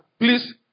Please